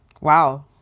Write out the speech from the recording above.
Wow